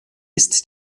ist